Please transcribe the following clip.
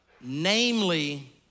namely